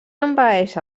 envaeix